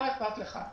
מה איכפת לך,